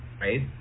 right